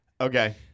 Okay